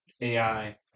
ai